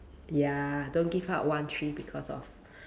ya don't give up one tree because of